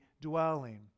dwelling